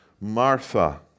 Martha